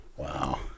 Wow